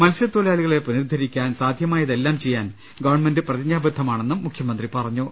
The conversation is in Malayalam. മത്സ്യ ത്തൊഴിലാളികളെ പുനരുദ്ധരിക്കാൻ സാധ്യമായതെല്ലാം ചെയ്യാൻ ഗവൺമെന്റ പ്രതിജ്ഞാബദ്ധമാണെന്നും മുഖ്യമന്ത്രി പറഞ്ഞു